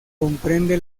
comprende